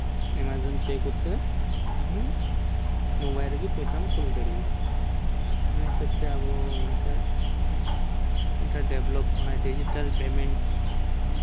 Amazon pay ᱠᱚᱛᱮ mobile ᱨᱮᱜᱮ ᱯᱚᱭᱥᱟᱢ ᱠᱩᱞ ᱫᱟᱲᱮᱣᱟᱜᱼᱟ ᱚᱱᱟ ᱦᱤᱥᱟᱹᱵᱽ ᱛᱮ ᱟᱵᱚ ᱥᱮᱫ ᱢᱤᱫᱴᱮᱱ ᱰᱮᱵᱷᱞᱚᱯᱚᱜ ᱠᱟᱱᱟ ᱰᱤᱡᱤᱴᱟᱞ ᱯᱮᱢᱮᱱᱴ